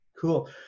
cool